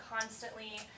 constantly